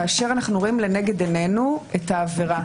כאשר אנחנו רואים לנגד עינינו את העבירה,